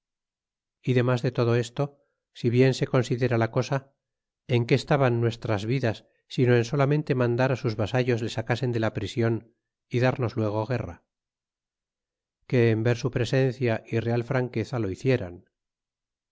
y demas de todo esto si bien se considera la cosa en qué estaban nuestras vidas sino en solamente mandar sus vasallos le sacasen de la prision y darnos luego guerra que en ver su presencia y real franqueza lo hicieran